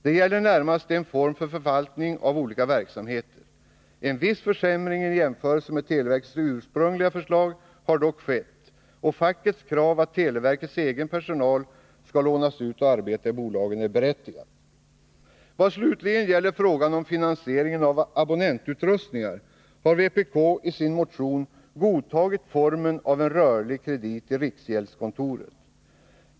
Det gäller närmast en form för förvaltning av olika verksamheter. En viss försämring i jämförelse med televerkets ursprungliga förslag har dock skett, och fackets krav på att televerkets egen personal skall lånas ut och arbeta i bolagen är berättigat. Vad slutligen gäller frågan om finansieringen av abonnentutrustningar har vpk i sin motion godtagit formen rörlig kredit i riksgäldskontoret.